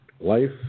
Life